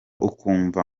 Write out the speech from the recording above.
ukumva